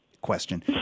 question